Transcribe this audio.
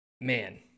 man